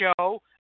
show